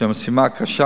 שהמשימה קשה,